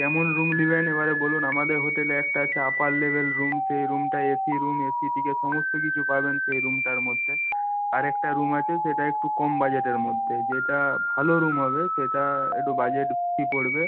কেমন রুম নেবেন এবারে বলুন আমাদের হোটেলে একটা আছে আপার লেভেল রুম সেই রুমটা এসি রুম এসি থেকে সমস্ত কিছু পাবেন সেই রুমটার মধ্যে আর একটা রুম আছে সেটা একটু কম বাজেটের মধ্যে যেটা ভালো রুম হবে সেটা একটু বাজেট পড়বে